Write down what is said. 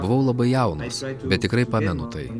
buvau labai jaunas bet tikrai pamenu tai